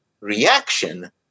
reaction